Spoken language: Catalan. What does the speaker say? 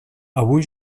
avui